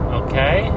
okay